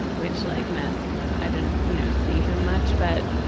which like meant i didn't you know see him much but,